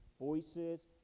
voices